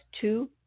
two